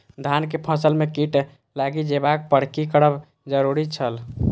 धान के फसल में कीट लागि जेबाक पर की करब जरुरी छल?